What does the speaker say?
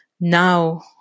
now